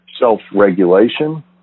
self-regulation